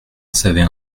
savait